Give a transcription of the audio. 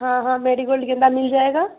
हाँ हाँ मैरीगोल्ड गेंदा मिल जाएगा